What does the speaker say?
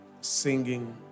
singing